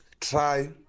try